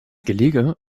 gelege